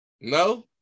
No